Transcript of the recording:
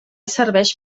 serveix